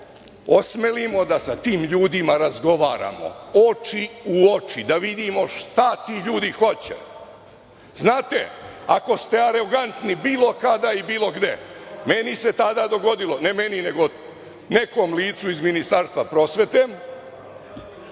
osmelimo da sa tim ljudima razgovaramo oči u oči, da vidimo šta ti ljudi hoće. Znate, ako ste arogantni bilo kada i bilo gde, meni se tada dogodilo, ne meni, nego nekom licu iz Ministarstva prosvete,